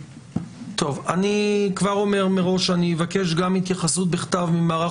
אני כבר אומר מראש שאני אבקש גם התייחסות בכתב ממערך